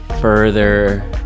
further